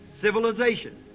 Civilization